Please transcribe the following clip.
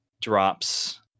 drops